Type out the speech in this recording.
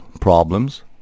problems